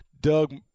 Doug